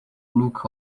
look